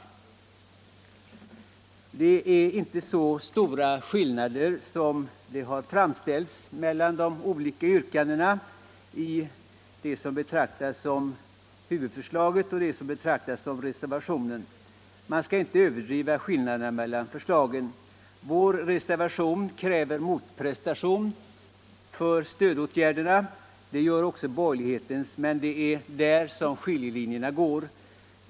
Skillnaderna är inte så stora som de har framställts mellan de olika yrkandena i det som betraktas som huvudförslaget och det som betraktas som reservationsförslag. Man skall inte överdriva skillnaderna mellan förslagen. I vår reservation kräver vi motprestation för stödåtgärderna, och det gör också borgerligheten, men det är där skiljelinjen går.